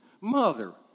Mother